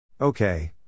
Okay